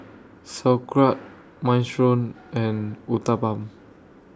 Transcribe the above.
Sauerkraut Minestrone and Uthapam